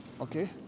okay